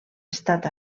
estat